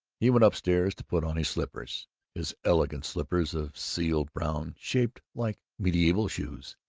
he went upstairs to put on his slippers his elegant slippers of seal-brown, shaped like medieval shoes.